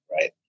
right